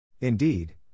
Indeed